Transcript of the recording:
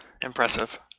impressive